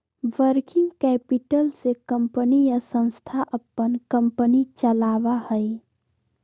working capital से company या संस्था अपन कंपनी चलावा हई